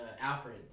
Alfred